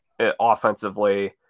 offensively